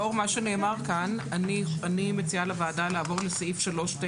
לאור מה שנאמר כאן אני מציעה לוועדה לעבור לסעיף 3ט